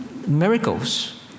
miracles